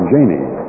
Jamie